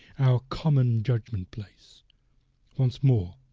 our common judgment-place once more,